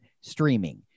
streaming